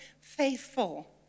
faithful